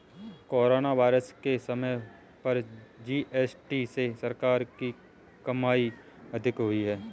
corona virus के समय पर जी.एस.टी से सरकार की कमाई अधिक हुई